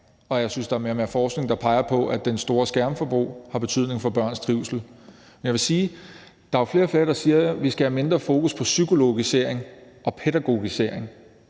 og jeg synes, at der er mere og mere forskning, der peger på, at det store skærmforbrug har betydning for børns trivsel. Så vil jeg sige, at der jo er flere og flere, der siger, at vi skal have mindre fokus på psykologisering og pædagogisering.